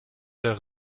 leur